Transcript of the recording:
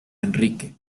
enrique